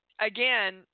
again